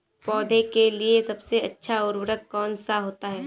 पौधे के लिए सबसे अच्छा उर्वरक कौन सा होता है?